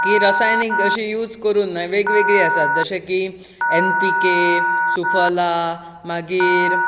ती रसायनीक तशी यूज करून न्हय वेग वेगळी आसात जशें की एन पी के सुफला मागीर